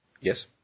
Yes